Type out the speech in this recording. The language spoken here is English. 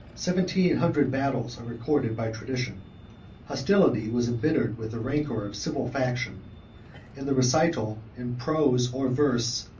seventeen hundred battles are recorded by tradition hostility was imbittered with the rancor of civil faction and the recital, in prose or verse,